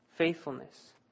faithfulness